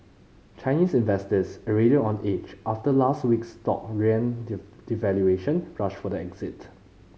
Chinese investors already on edge after last week's shock yuan devaluation rushed for the exit